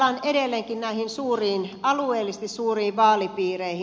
palaan edelleenkin näihin alueellisesti suuriin vaalipiireihin